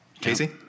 Casey